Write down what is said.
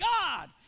God